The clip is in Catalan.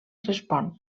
respon